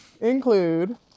include